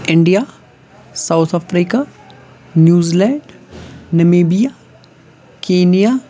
India South Africa New Zealand Namibia Kenya